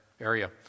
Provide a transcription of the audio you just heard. area